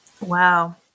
Wow